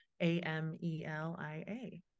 A-M-E-L-I-A